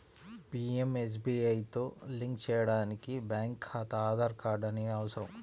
పీయంఎస్బీఐతో లింక్ చేయడానికి బ్యేంకు ఖాతా, ఆధార్ కార్డ్ అనేవి అవసరం